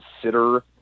consider